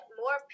more